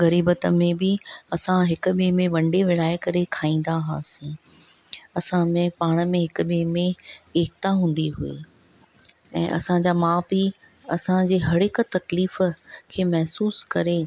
ग़रीबत में बि असां हिक ॿिए में वंडे विर्हाए करे खाईंदा हुआसीं असां में पाण में हिक ॿिए में एकता हूंदी हुई ऐं असांजा माउ पीउ असांजे हर हिकु तकलीफ़ खे महसूसु करे